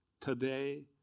today